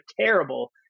terrible